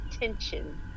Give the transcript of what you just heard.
tension